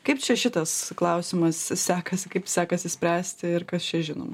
kaip čia šitas klausimas sekasi kaip sekasi spręsti ir kas čia žinoma